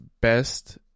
best